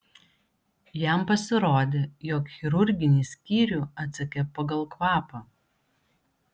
jam pasirodė jog chirurginį skyrių atsekė pagal kvapą